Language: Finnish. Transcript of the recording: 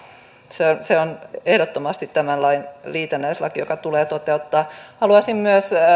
se se on ehdottomasti tämän lain liitännäislaki joka tulee toteuttaa haluaisin myös